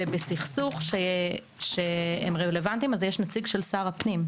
בסכסוך שהם רלוונטיים, אז יש נציג של שר הפנים.